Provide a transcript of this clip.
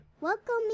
Welcome